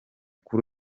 kuri